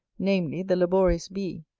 namely the laborious bee,